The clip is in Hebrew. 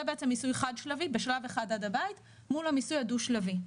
זה מיסוי חד שלבי בשלב אחד עד הבית מול המיסוי הדו שלבי.